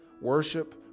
worship